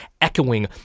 echoing